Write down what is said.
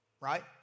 right